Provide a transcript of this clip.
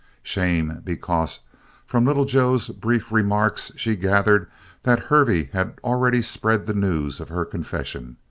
shame because from little joe's brief remarks, she gathered that hervey had already spread the news of her confession.